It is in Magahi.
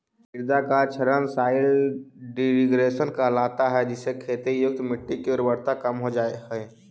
मृदा का क्षरण सॉइल डिग्रेडेशन कहलाता है जिससे खेती युक्त मिट्टी की उर्वरता कम हो जा हई